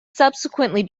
subsequently